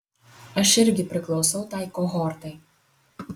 aš irgi priklausau tai kohortai